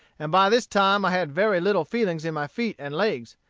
and by this time i had very little feeling in my feet and legs,